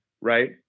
right